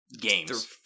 games